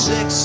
Six